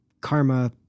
karma